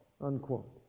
unquote